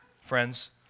Friends